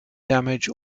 damage